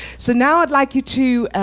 so now i'd like you to,